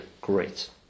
great